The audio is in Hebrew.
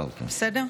בסדר?